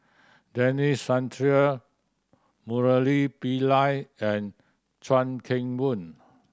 Denis Santry Murali Pillai and Chuan Keng Boon